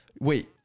wait